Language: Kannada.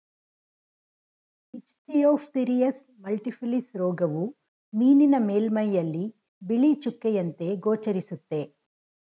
ಇಚ್ಥಿಯೋಫ್ಥಿರಿಯಸ್ ಮಲ್ಟಿಫಿಲಿಸ್ ರೋಗವು ಮೀನಿನ ಮೇಲ್ಮೈಯಲ್ಲಿ ಬಿಳಿ ಚುಕ್ಕೆಯಂತೆ ಗೋಚರಿಸುತ್ತೆ